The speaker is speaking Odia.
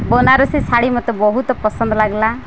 ବନାରସୀ ଶାଢ଼ୀ ମୋତେ ବହୁତ ପସନ୍ଦ ଲାଗିଲା